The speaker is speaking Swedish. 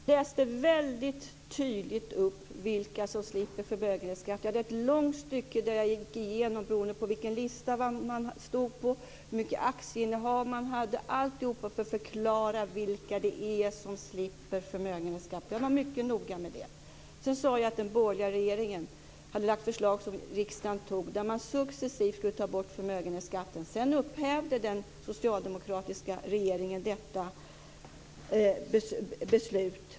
Herr talman! Jag läste väldigt tydligt upp vilka som slipper förmögenhetsskatt. Jag hade ett långt stycke där jag gick igenom vad det beror på, t.ex. vilken lista man står på och hur stort aktieinnehav man har - allt för att förklara vilka det är som slipper förmögenhetsskatt. Jag var mycket noga med det. Jag sade att den borgerliga regeringen hade lagt förslag som riksdagen tog, där man successivt skulle ta bort förmögenhetsskatten. Sedan upphävde den socialdemokratiska regeringen detta beslut.